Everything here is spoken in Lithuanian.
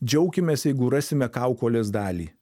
džiaukimės jeigu rasime kaukolės dalį